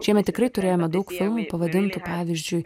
šiemet tikrai turėjome daug filmų pavadintų pavyzdžiui